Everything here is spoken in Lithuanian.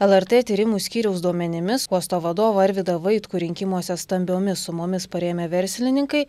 lrt tyrimų skyriaus duomenimis uosto vadovą arvydą vaitkų rinkimuose stambiomis sumomis parėmę verslininkai